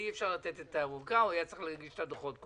שאי-אפשר לתת את האורכה או שצריך היה להגיש את הדוחות קודם.